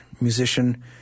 musician